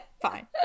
fine